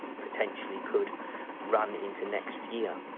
potentially, could run into next year.